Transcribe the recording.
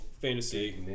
fantasy